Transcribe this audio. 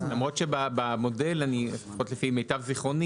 למרות שבמודל לפחות לפי מיטב זיכרוני